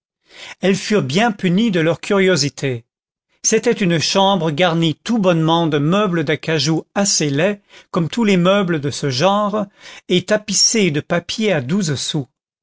elles furent bien punies de leur curiosité c'était une chambre garnie tout bonnement de meubles d'acajou assez laids comme tous les meubles de ce genre et tapissée de papier à douze sous